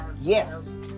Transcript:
Yes